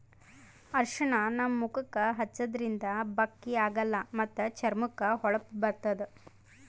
ಅರ್ಷಿಣ ನಮ್ ಮುಖಕ್ಕಾ ಹಚ್ಚದ್ರಿನ್ದ ಬಕ್ಕಿ ಆಗಲ್ಲ ಮತ್ತ್ ಚರ್ಮಕ್ಕ್ ಹೊಳಪ ಬರ್ತದ್